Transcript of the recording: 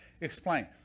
explain